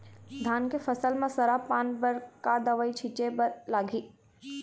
धान के फसल म सरा पान बर का दवई छीचे बर लागिही?